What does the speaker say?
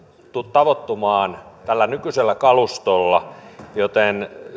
tavoittumaan tällä nykyisellä kalustolla joten